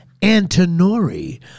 Antonori